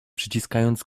przyciskając